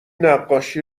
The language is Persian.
نقاشی